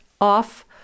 off